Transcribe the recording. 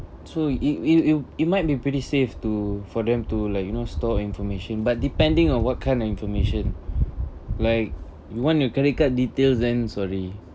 so it will it might be pretty safe to for them to like you know store information but depending on what kind of information like you want your credit card details then sorry